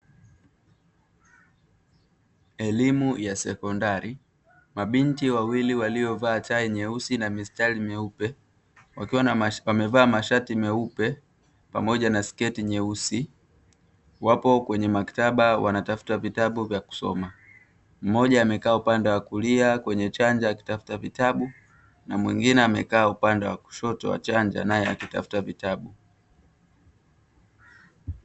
Elimu ya sekondari, mabinti wawili waliovaa chai nyeusi na mistari meupe, wakiwa wamevaa mashati meupe pamoja na sketi nyeusi, wapo kwenye maktaba wanatafuta vitabu vya kusoma. Mmoja amekaa upande wa kulia kwenye chanja akitafuta vitabu, na mwingine amekaa upande wa kushoto wa chanja naye akitafuta vitabu.